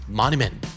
monument